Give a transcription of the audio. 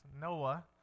noah